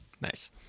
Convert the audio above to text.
Nice